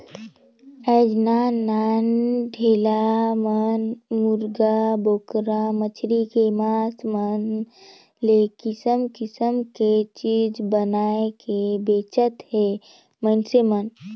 आयज नान नान ठेला मन मुरगा, बोकरा, मछरी के मास मन ले किसम किसम के चीज बनायके बेंचत हे मइनसे मन